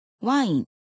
Wine